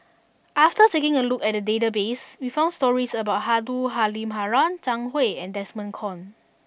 after taking a look at the database we found stories about Abdul Halim Haron Zhang Hui and Desmond Kon